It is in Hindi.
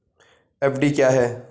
एफ.डी क्या है?